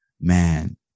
man